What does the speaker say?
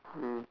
mm